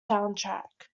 soundtrack